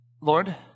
Lord